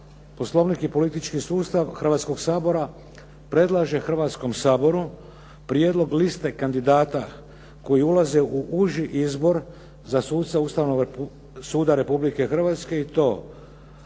Poslovnik i politički sustav Hrvatskoga sabora predlaže Hrvatskom saboru prijedlog liste kandidata koji ulaze u uži izbor za suca Ustavnog suda Republike Hrvatske i to: